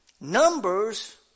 numbers